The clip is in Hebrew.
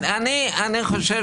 אני חושב